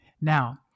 Now